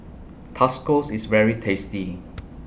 Tascos IS very tasty